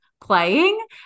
playing